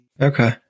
Okay